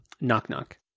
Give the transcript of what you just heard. knock-knock